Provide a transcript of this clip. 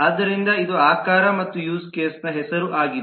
ಆದ್ದರಿಂದ ಇದು ಆಕಾರ ಮತ್ತು ಇದು ಯೂಸ್ ಕೇಸ್ನ್ನು ಹೆಸರು ಆಗಿದೆ